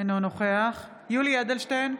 אינו נוכח יולי יואל אדלשטיין,